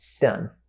done